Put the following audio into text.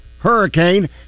hurricane